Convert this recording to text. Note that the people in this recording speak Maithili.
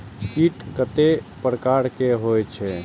कीट कतेक प्रकार के होई छै?